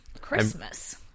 christmas